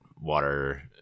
water